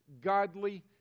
godly